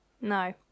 No